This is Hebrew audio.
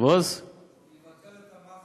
זה יבטל את המס